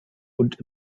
und